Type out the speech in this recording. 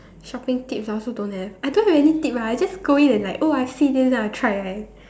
shopping tips I also don't have I don't have any tip ah I just go in and like oh I see then I'll try right